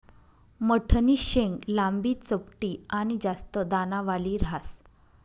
मठनी शेंग लांबी, चपटी आनी जास्त दानावाली ह्रास